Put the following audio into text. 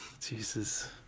jesus